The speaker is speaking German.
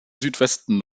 südwesten